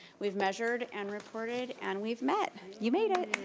we've measured and recorded and we've met. you made it.